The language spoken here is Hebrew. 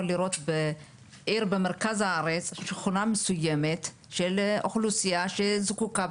לראות עיר במרכז הארץ בשכונה מסויימת של אוכלוסייה שזקוקה,